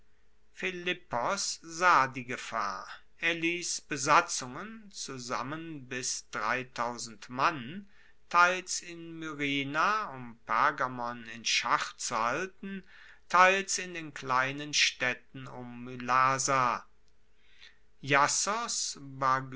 philippos sah die gefahr er liess besatzungen zusammen bis mann teils in myrina um pergamon in schach zu halten teils in den kleinen staedten um mylasa iassos